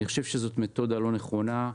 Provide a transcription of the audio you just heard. אני חושב שזאת מתודה לא נכונה.